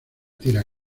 tira